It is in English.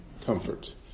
Comfort